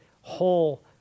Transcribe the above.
whole